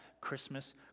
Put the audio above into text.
Christmas